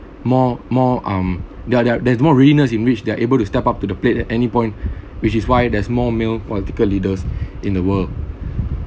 more more um there are there are there's more readiness in which they're able to step up to the plate at any point which is why there's more male political leaders in the world